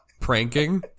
Pranking